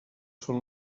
són